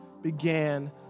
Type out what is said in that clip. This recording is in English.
began